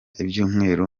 ibyumweru